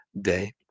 day